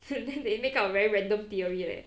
then they make up a very random theory leh